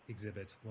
exhibits